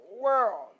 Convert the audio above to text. world